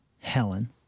Helen